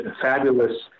fabulous